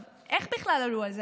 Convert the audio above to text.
איך בכלל עלו על זה?